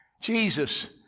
Jesus